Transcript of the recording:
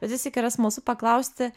bet vis tik yra smalsu paklausti